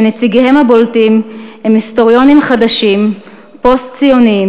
שנציגיהן הבולטים הם היסטוריונים חדשים פוסט-ציוניים,